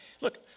Look